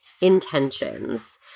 intentions